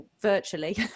virtually